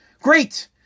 Great